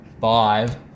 Five